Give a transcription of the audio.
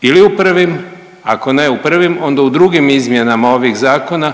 ili u prvim ako ne u prvim onda u drugim izmjenama ovih zakona